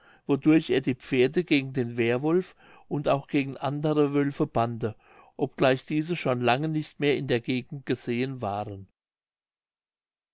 wodurch er die pferde gegen den währwolf und auch gegen andere wölfe bannte obgleich diese schon lange nicht mehr in der gegend gesehen waren